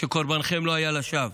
שקורבנכן לא היה לשווא.